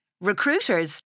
Recruiters